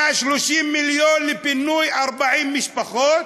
130 מיליון לפינוי 40 משפחות.